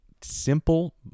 simple